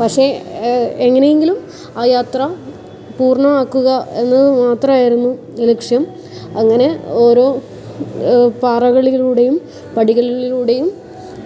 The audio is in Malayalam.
പക്ഷേ എങ്ങനെയെങ്കിലും ആ യാത്ര പൂർണ്ണമാക്കുക എന്നത് മാത്രമായിരുന്നു ലക്ഷ്യം അങ്ങനെ ഓരോ പാറകളിലൂടെയും പടികളിലൂടെയും